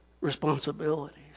responsibilities